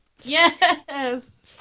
Yes